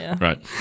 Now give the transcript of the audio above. Right